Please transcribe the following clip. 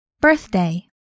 Birthday